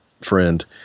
friend